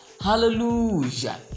hallelujah